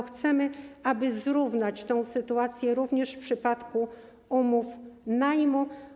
Chcemy, aby zrównać tę sytuację również w przypadku umów najmu.